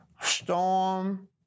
Storm